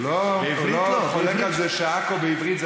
הוא לא חולק על זה שעכו בעברית זה